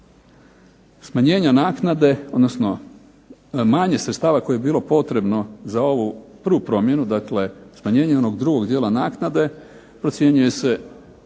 smanjenja naknade, odnosno manje sredstava koje je bilo potrebno za ovu prvu potrebu, dakle smanjenje onog drugog dijela naknade procjenjuje se